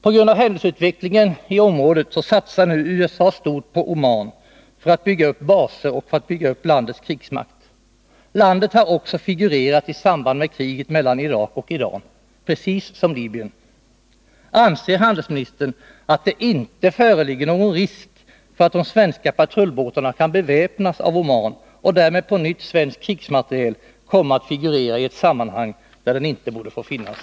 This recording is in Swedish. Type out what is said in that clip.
På grund av händelseutvecklingen i området satsar nu USA stort på Oman för att bygga upp baser och landets krigsmakt. Oman har också figurerat i samband med kriget mellan Irak och Iran, precis som Libyen. Anser handelsministern att det inte föreligger någon risk för att de svenska patrullbåtarna kan beväpnas av Oman och att därmed svensk krigsmateriel på nytt kan komma att figurera i ett sammanhang där den inte borde få finnas?